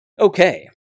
Okay